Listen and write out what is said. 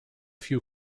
few